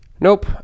Nope